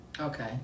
okay